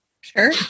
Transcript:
Sure